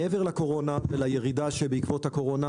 מעבר לקורונה ולירידה שבעקבות הקורונה,